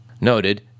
noted